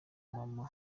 maman